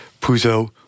Puzo